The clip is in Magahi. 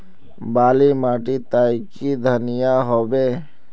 बाली माटी तई की धनिया होबे?